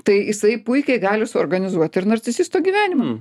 tai jisai puikiai gali suorganizuot ir narcisisto gyvenimą